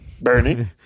Bernie